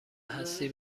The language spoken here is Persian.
هستی